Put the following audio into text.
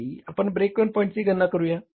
साठी आपण break even पॉईंटची गणना करूया